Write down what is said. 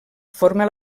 forma